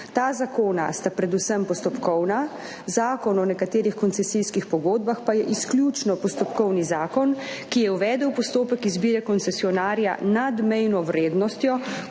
Ta zakona sta predvsem postopkovna, Zakon o nekaterih koncesijskih pogodbah pa je izključno postopkovni zakon, ki je uvedel postopek izbire koncesionarja nad mejno vrednostjo,